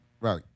Right